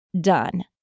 done